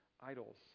idols